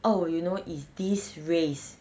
oh you know it's this race